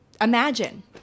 imagine